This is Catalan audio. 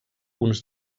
uns